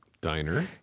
Diner